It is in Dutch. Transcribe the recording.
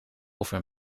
over